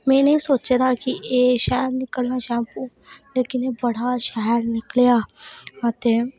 में नि सोचे दा कि एह् शैल निकलना शैम्पू लेकिन ओह् बड़ा अच्छा गै निकलेआ अते